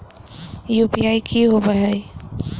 UPI की होवे है?